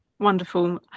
Wonderful